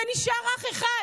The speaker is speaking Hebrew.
ונשאר אח אחד.